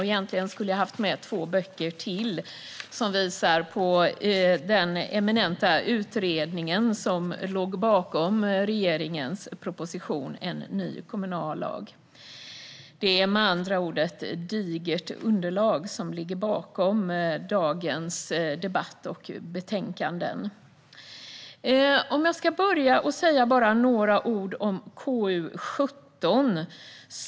Egentligen skulle jag ha haft med två böcker till som visar vilken eminent utredning som låg bakom regeringens proposition En ny kommu na llag . Det är med andra ord ett digert underlag som ligger bakom dagens debatt och betänkanden. Jag ska börja med att säga bara några ord om KU17.